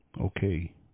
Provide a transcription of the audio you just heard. Okay